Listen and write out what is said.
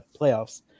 playoffs